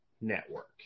network